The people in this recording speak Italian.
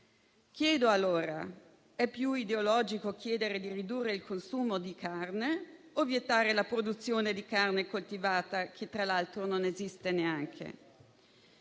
Chiedo se sia più ideologico chiedere di ridurre il consumo di carne o vietare la produzione di carne coltivata, che tra l'altro non esiste neanche.